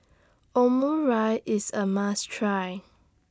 Omurice IS A must Try